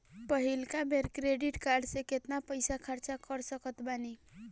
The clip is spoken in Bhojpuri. पहिलका बेर क्रेडिट कार्ड से केतना पईसा खर्चा कर सकत बानी?